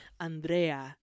Andrea